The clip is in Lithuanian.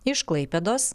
iš klaipėdos